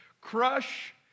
crush